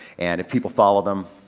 and if people follow them,